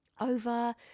over